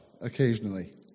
occasionally